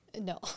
No